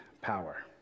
power